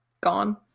gone